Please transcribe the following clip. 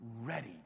ready